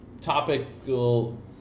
topical